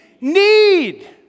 need